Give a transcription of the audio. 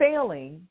failing